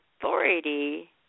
authority